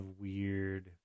weird